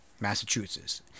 Massachusetts